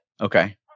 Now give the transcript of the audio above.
Okay